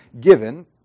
given